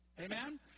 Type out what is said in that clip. Amen